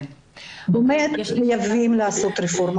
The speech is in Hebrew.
אם הולכים לעשות רפורמה,